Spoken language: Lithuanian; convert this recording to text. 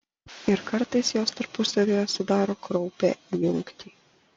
ir kartais jos tarpusavyje sudaro kraupią jungtį